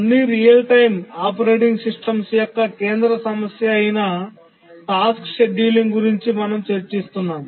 అన్ని real time operating systems యొక్క కేంద్ర సమస్య అయిన టాస్క్ షెడ్యూలింగ్ గురించి మేము చర్చిస్తున్నాము